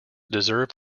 deserve